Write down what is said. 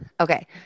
Okay